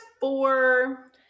four